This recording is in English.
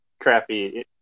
crappy